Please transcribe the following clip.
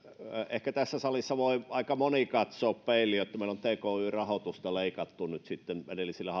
tässä salissa voi aika moni katsoa peiliin koska meillä on tki rahoitusta leikattu edellisillä